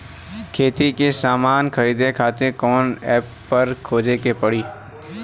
खेती के समान खरीदे खातिर कवना ऐपपर खोजे के पड़ी?